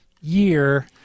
year